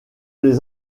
les